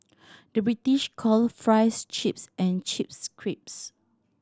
the British call fries chips and chips crisps